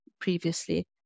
previously